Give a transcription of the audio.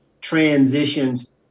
transitions